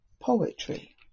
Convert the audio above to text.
poetry